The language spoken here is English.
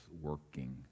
working